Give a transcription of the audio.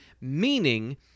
meaning